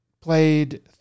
played